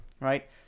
right